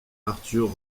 arthur